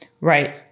Right